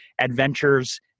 adventures